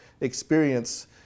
experience